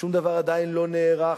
שום דבר עדיין לא נערך.